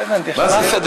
מה זה?